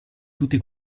tutti